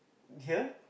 here